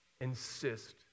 insist